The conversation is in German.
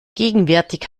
gegenwärtig